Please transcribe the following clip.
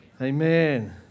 Amen